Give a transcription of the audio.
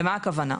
למה הכוונה?